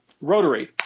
Rotary